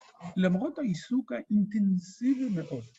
למרות העיסוק האינטנסיבי מאוד.